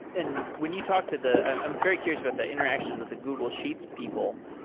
and when you talk to the i'm very curious about the interactions with the google sheets people.